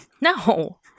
No